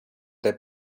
their